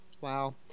Wow